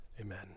Amen